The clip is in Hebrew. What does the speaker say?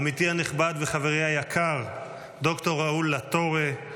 עמיתי הנכבד וחברי היקר ד"ר ראול לטורה,